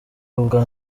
ubwa